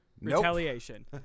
Retaliation